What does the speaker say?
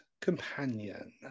companion